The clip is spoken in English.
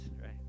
right